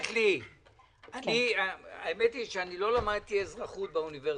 לא למדתי אזרחות באוניברסיטה,